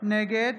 נגד